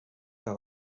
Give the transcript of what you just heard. que